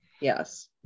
Yes